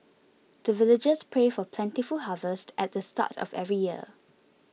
the villagers pray for plentiful harvest at the start of every year